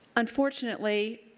unfortunately,